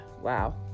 wow